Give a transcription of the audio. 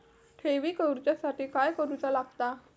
ठेवी करूच्या साठी काय करूचा लागता?